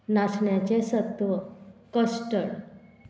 नाचण्याचें सत्व कस्टड